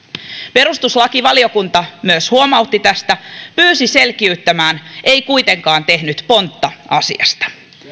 perustuslakivaliokunta myös huomautti tästä ja pyysi selkiyttämään ei kuitenkaan tehnyt pontta asiasta